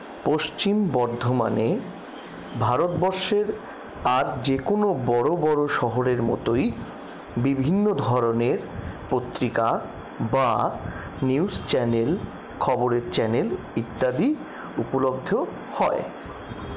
পশ্চিম বর্ধমানে ভারতবর্ষের আর যে কোনো বড়ো বড়ো শহরের মতোই বিভিন্ন ধরনের পত্রিকা বা নিউজ চ্যানেল খবরের চ্যানেল ইত্যাদি উপলব্ধ হয়